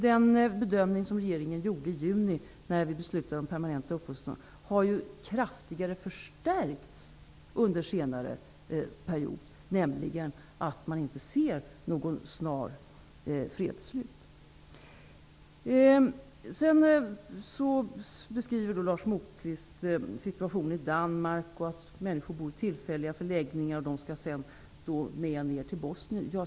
Den bedömning som regeringen gjorde i juni när vi beslutade om permanenta uppehållstillstånd har kraftigt stärkts under den senaste perioden; man ser inte något snart fredligt slut. Lars Moquist beskrev situationen i Danmark, att människor bor i tillfälliga förläggningar, som sedan skall tas med ner till Bosnien.